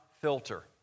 filter